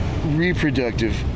Reproductive